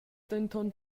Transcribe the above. denton